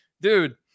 dude